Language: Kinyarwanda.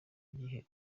igihe